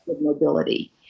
mobility